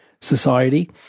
society